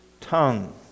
tongue